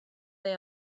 they